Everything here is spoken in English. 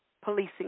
Policing